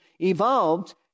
evolved